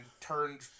turned